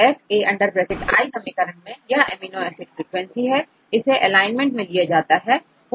अबfa समीकरण में यह अमीनो एसिड फ्रिकवेंसी है इसे एलाइनमेंट में लिया जाता है